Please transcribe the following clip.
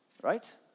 Right